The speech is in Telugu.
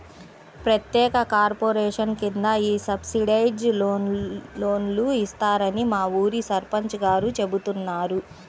ప్రత్యేక కార్పొరేషన్ కింద ఈ సబ్సిడైజ్డ్ లోన్లు ఇస్తారని మా ఊరి సర్పంచ్ గారు చెబుతున్నారు